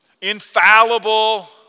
infallible